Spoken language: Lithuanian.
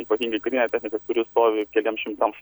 ypatingai karinė technika kuri stovi keliems šimtams